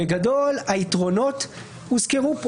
בגדול, היתרונות הוזכרו פה.